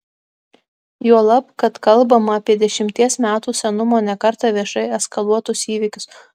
juolab kad kalbama apie dešimties metų senumo ne kartą viešai eskaluotus įvykius